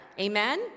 Amen